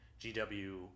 GW